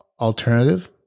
alternative